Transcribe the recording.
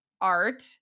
art